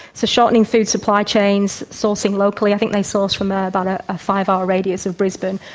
so, shortening food supply chains, sourcing locally. i think they source from ah about ah a five-hour radius of brisbane.